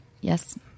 Yes